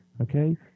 Okay